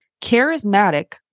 charismatic